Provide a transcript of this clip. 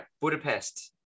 budapest